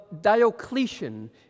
Diocletian